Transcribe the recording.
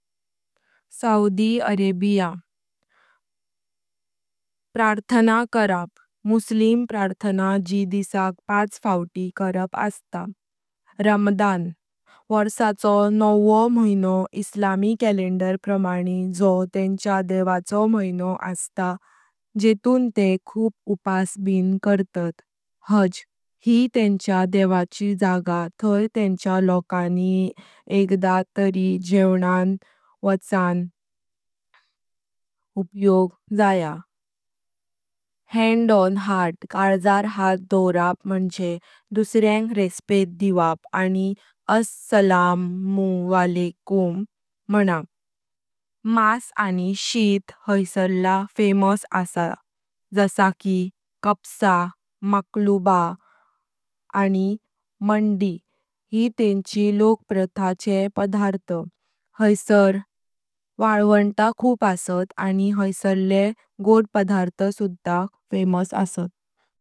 Saudi Arabia. प्राथना करप: मुसलमान प्राथमिकरीची दिसाक पाच फौत करप अस्तां। रमदान: वर्षाचो नववो महिनो इस्लामी केलेंडर प्रमाणे जो तेंच्या देवाचो महिनो असता जेटून ते खूब उपास केर्तात। हज: यी तेंच्या देवाची जगा थाई तेंच्या लोकांनी एकद तरी जीवणान वाचून जाय। हँड ऑन हार्ट: कल्जार हात दवरप मुनजे दुसऱ्यां रेसीपत दिवप। आनी “अस-सलामु अलैकुम" मनप। मास आनी शीत हायसारला फेमस असता जसां की कब्सा, मकलौबा, आनी मन्दी यी तेंची लोक प्रथा चे पदार्थ। हायसार वलवंतां खूप अस्तात, आनी हायसारले गोड पदार्थ सुधा फेमस।